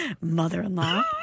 Mother-in-law